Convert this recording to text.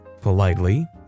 politely